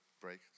break